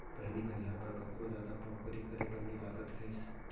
पहिली बनिहार बर कखरो जादा पवपरी करे बर नइ लागत रहिस